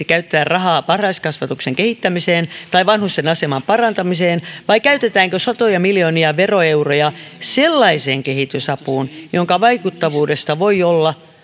käyttää rahaa varhaiskasvatuksen kehittämiseen tai vanhusten aseman parantamiseen vai käytetäänkö satoja miljoonia veroeuroja sellaiseen kehitysapuun jonka vaikuttavuudesta voi olla